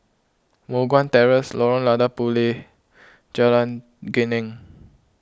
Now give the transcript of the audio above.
Moh Guan Terrace Lorong Lada Puteh Jalan Geneng